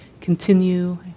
continue